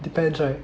depends right